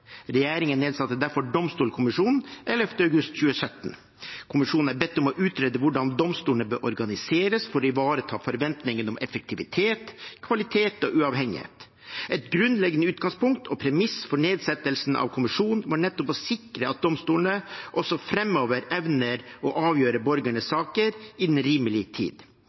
Regjeringen nedsatte derfor Domstolkommisjonen 11. august 2017. Kommisjonen er bedt om å utrede hvordan domstolene bør organiseres for å ivareta forventningene om effektivitet, kvalitet og uavhengighet. Et grunnleggende utgangspunkt og premiss for nedsettelsen av kommisjonen var nettopp å sikre at domstolene også framover evner å avgjøre borgernes saker innen rimelig tid.